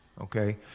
Okay